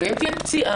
ואם תהיה פציעה?